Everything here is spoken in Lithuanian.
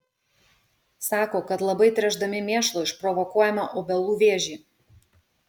sako kad labai tręšdami mėšlu išprovokuojame obelų vėžį